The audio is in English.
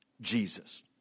Jesus